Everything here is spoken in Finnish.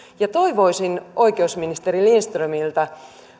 ja toivoisin oikeusministeri lindströmiltä